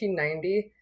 1990